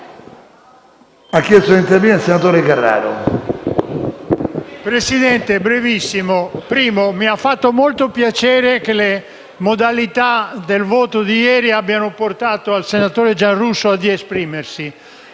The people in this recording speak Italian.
Presidente, mi ha fatto molto piacere che le modalità del voto di ieri abbiano portato il senatore Giarrusso a esprimersi.